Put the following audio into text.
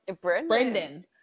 Brendan